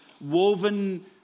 woven